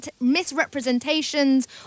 misrepresentations